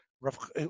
Rav